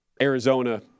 Arizona